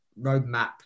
roadmap